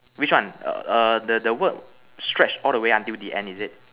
which one err the the word stretch all the way until the end is it